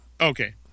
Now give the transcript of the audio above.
Okay